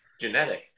Genetic